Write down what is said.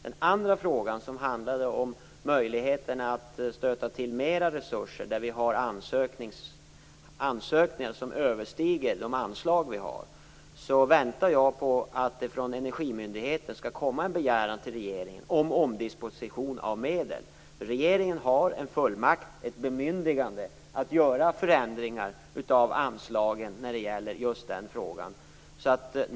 Den andra frågan handlade om möjligheterna att stöta till mer resurser där vi har ansökningar som överstiger de anslag vi har. Där väntar jag på att det från energimyndigheten skall komma en begäran till regeringen om omdisposition av medel. Regeringen har en fullmakt, ett bemyndigande, att göra förändringar av anslagen när det gäller just den frågan.